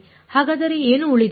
ಹಾಗಾದರೆ ಏನು ಉಳಿದಿದೆ